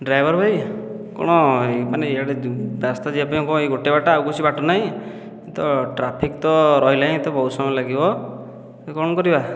driver ଭାଇ କ'ଣ ମାନେ ଇଆଡ଼େ ରାସ୍ତା ଯିବା ପାଇଁ କ'ଣ ଏହି ଗୋଟିଏ ବାଟ ଆଉ କିଛି ବାଟ ନାହିଁ ତ ଟ୍ରାଫିକ ତ ରହିଲାନି ଏତ ବହୁତ ସମୟ ଲାଗିବ କ'ଣ କରିବା